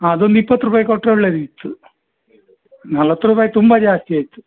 ಹಾಂ ಅದೊಂದು ಇಪ್ಪತ್ತು ರೂಪಾಯಿ ಕೊಟ್ಟರೆ ಒಳ್ಳೆಯದಿತ್ತು ನಲ್ವತ್ತು ರೂಪಾಯಿ ತುಂಬ ಜಾಸ್ತಿ ಆಯಿತು